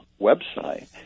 website